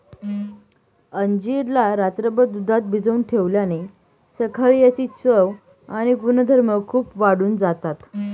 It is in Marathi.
अंजीर ला रात्रभर दुधात भिजवून ठेवल्याने सकाळी याची चव आणि गुणधर्म खूप वाढून जातात